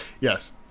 yes